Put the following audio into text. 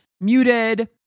muted